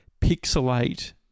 pixelate